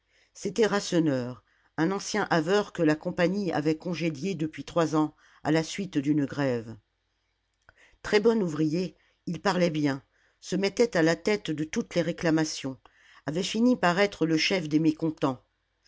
c'était rasseneur un ancien haveur que la compagnie avait congédié depuis trois ans à la suite d'une grève très bon ouvrier il parlait bien se mettait à la tête de toutes les réclamations avait fini par être le chef des mécontents